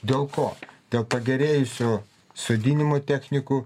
dėl ko dėl pagerėjusių sodinimo technikų